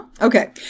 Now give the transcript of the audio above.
Okay